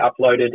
uploaded